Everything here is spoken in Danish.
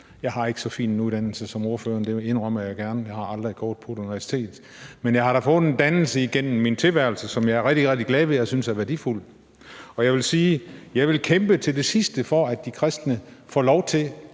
Jeg har ikke så fin en uddannelse som ordføreren, det indrømmer jeg gerne, for jeg har aldrig gået på et universitet, men jeg har da fået en dannelse igennem min tilværelse, som jeg er rigtig, rigtig glad ved og synes er værdifuld. Jeg vil sige, at jeg vil kæmpe til det sidste for, at de kristne får lov til